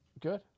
Good